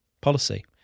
policy